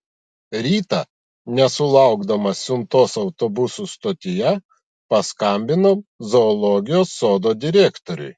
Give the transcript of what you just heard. rytą nesulaukdamas siuntos autobusų stotyje paskambinau zoologijos sodo direktoriui